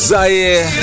Zaire